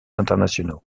internationaux